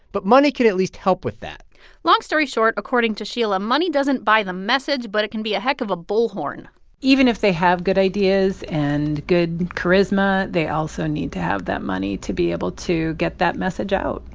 but money can at least help with that long story short, according to sheila, money doesn't buy the message, but it can be a heck of a bullhorn even if they have good ideas and good charisma, they also need to have that money to be able to get that message out.